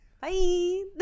Bye